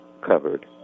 covered